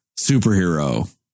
superhero